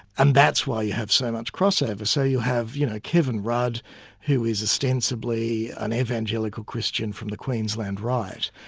and that's why you have so much crossover. so you have you know kevin rudd who was ostensibly an evangelical christian from the queensland right,